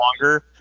longer